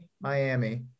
Miami